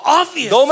obvious